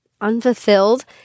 unfulfilled